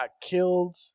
killed